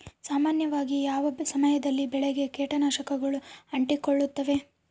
ಸಾಮಾನ್ಯವಾಗಿ ಯಾವ ಸಮಯದಲ್ಲಿ ಬೆಳೆಗೆ ಕೇಟನಾಶಕಗಳು ಅಂಟಿಕೊಳ್ಳುತ್ತವೆ?